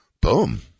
Boom